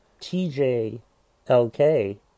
TJLK